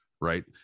right